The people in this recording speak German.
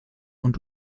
und